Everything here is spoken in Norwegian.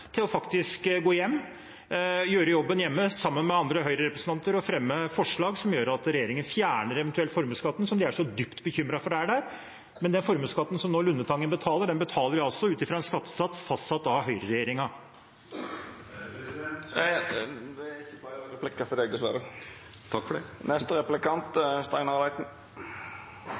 til å gå hjem og gjøre jobben hjemme sammen med andre Høyre-representanter og fremme forslag som gjør at regjeringen eventuelt fjerner formuesskatten, som de er så dypt bekymret for er der. Men den formuesskatten som Lundetangen nå betaler, den betaler de altså ut fra en skattesats fastsatt av Høyre-regjeringa. Kristelig Folkeparti har i en årrekke hatt programfestet en innretning av formuesskatten der det